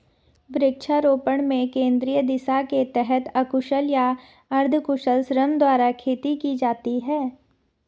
वृक्षारोपण में केंद्रीय दिशा के तहत अकुशल या अर्धकुशल श्रम द्वारा खेती की जाती है